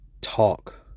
talk